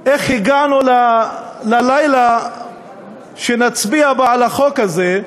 איך הגענו ללילה שנצביע בו על החוק הזה,